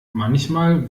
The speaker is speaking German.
manchmal